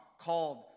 called